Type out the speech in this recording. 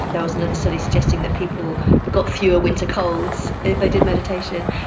there was another study suggesting that people got fewer winter colds if they did meditation.